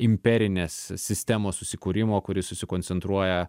imperinės sistemos susikūrimo kuri susikoncentruoja